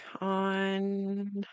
on